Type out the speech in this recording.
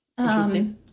Interesting